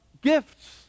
gifts